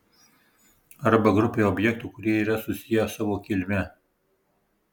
arba grupei objektų kurie yra susiję savo kilme